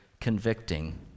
convicting